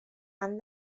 han